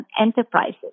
Enterprises